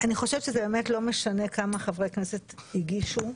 לא משנה כמה חברי כנסת הגישו.